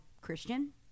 Christian